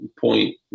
point